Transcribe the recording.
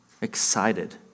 excited